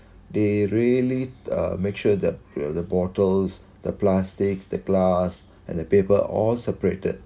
they really uh make sure the uh the bottles the plastics the glass and the paper all separated